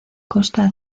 costa